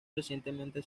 recientemente